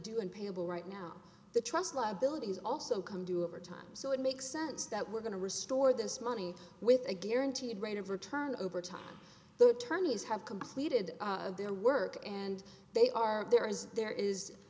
and payable right now the trust liabilities also come due over time so it makes sense that we're going to restore this money with a guaranteed rate of return over time the attorneys have completed their work and they are there is there is